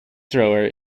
thrower